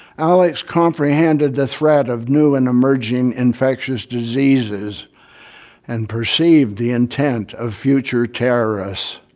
alex comprehended the threat of new and emerging infectious diseases and perceived the intent of future terrorists.